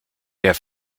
der